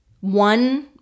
one